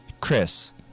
Chris